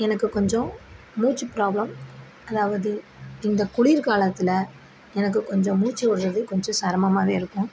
எனக்கு கொஞ்சம் மூச்சு ப்ராப்ளம் அதாவது இந்த குளிர்காலத்தில் எனக்கு கொஞ்சம் மூச்சு விடறது கொஞ்சம் சிரமமாவே இருக்கும்